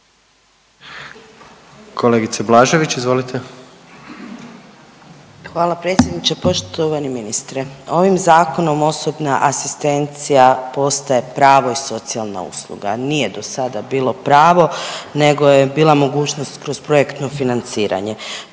**Blažević, Anamarija (HDZ)** Hvala predsjedniče, poštovani ministre. Ovim Zakonom, osobna asistencija postaje pravo i socijalna usluga. Nije do sada bilo pravo nego je bila mogućnost kroz projektno financiranje.